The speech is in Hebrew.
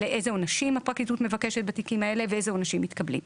לאיזה עונשים הפרקליטות מבקשת בתיקים האלה ואיזה עונשים מתקבלים.